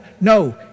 No